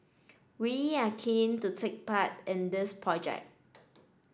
we are keen to take part in this project